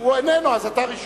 הוא איננו, אז אתה ראשון.